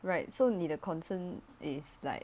right so 你的 concern is like